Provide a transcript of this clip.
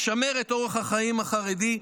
לשמר את אורח החיים החרדי,